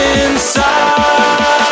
inside